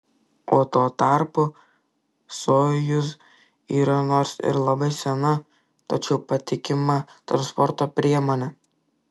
o tuo tarpu sojuz yra nors ir labai sena tačiau patikima transporto priemonė